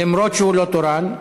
למרות שהוא לא תורן,